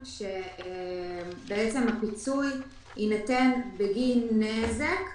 אמרנו שלמסחר ושירותים זה מעט זמן,